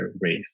race